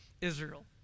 Israel